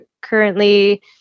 currently